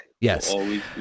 yes